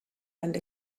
and